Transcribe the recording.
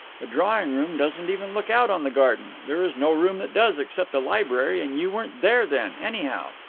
the drawing-room doesn't even look out on the garden. there is no room that does, except the library, and you weren't there then, anyhow.